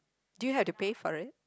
do you have to pay for it